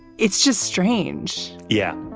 it's just strange. yeah.